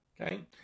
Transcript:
Okay